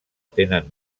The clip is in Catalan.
tenen